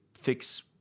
fix